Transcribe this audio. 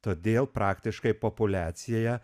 todėl praktiškai populiacija